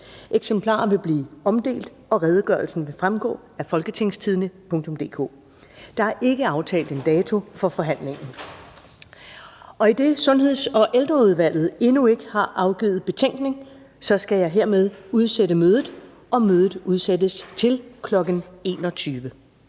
Eksemplarer vil blive omdelt, og redegørelsen vil fremgå af www.folketingstidende.dk. Der er ikke aftalt en dato for forhandlingen. Idet Sundheds- og Ældreudvalget endnu ikke har afgivet betænkning, skal jeg hermed udsætte mødet, og mødet udsættes til kl. 21.00.